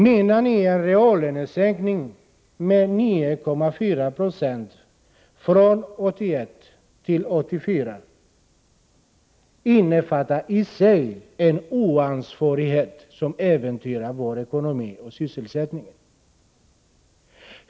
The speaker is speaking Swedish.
Menar ni att en reallönesänkning med 9,4 96 från 1981 till 1984 i sig innefattar en oansvarighet, som äventyrar vår ekonomi och sysselsättning?